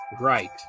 Right